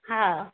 हँ